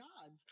gods